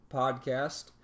podcast